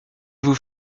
vous